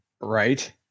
right